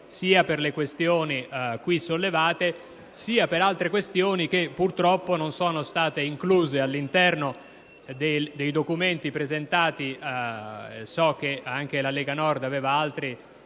sia per le questioni qui sollevate sia per altre questioni che, purtroppo, non sono state incluse all'interno dei documenti presentati. Peraltro, so che anche la Lega Nord aveva altre